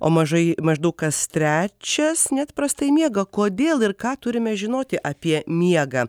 o mažai maždaug kas trečias net prastai miega kodėl ir ką turime žinoti apie miegą